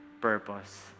purpose